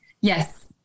Yes